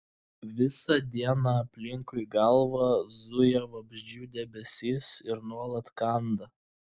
visą dieną aplinkui galvą zuja vabzdžių debesys ir nuolat kanda